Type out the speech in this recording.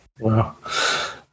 Wow